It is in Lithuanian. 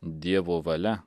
dievo valia